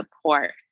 support